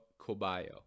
Cobayo